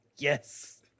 yes